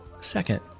Second